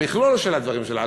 המכלול של הדברים שלה,